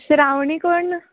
श्रावणी कोण